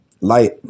light